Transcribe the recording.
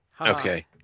Okay